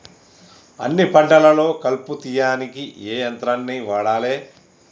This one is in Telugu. అన్ని పంటలలో కలుపు తీయనీకి ఏ యంత్రాన్ని వాడాలే?